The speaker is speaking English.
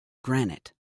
granite